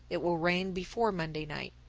it will rain before monday night.